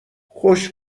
خوش